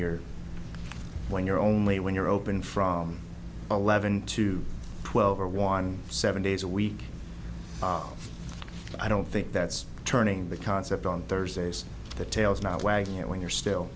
you're when you're only when you're open from eleven to twelve or one seven days a week i don't think that's turning the concept on thursdays the tail is not wagging it when you're still